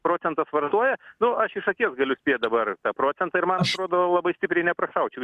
procentas vartoja nu aš iš akies galiu dabar tą procentą ir man atrodo labai stipriai neprašaučiau